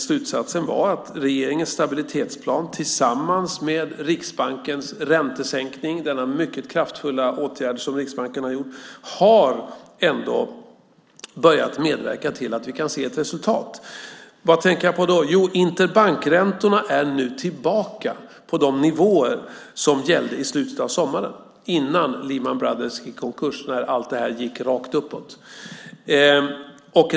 Slutsatsen var att regeringens stabilitetsplan tillsammans med Riksbankens räntesänkning - denna mycket kraftfulla åtgärd som Riksbanken har gjort - har börjat medverka till att vi kan se ett resultat. Vad tänker jag på då? Jo, interbankräntorna är i dag tillbaka på de nivåer som gällde i slutet av sommaren innan Lehman Brothers gick i konkurs och allt detta gick rakt uppåt.